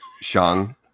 shang